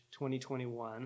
2021